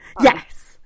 Yes